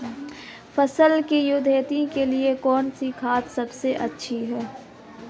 फसल की वृद्धि के लिए कौनसी खाद सबसे अच्छी है?